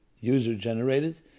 user-generated